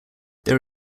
there